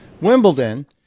Wimbledon